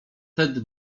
wtedy